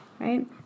right